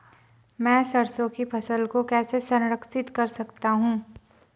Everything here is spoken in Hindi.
मैं सरसों की फसल को कैसे संरक्षित कर सकता हूँ?